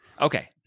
okay